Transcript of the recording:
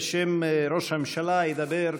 בשם ראש הממשלה ידבר,